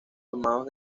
tomados